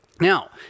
Now